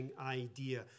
idea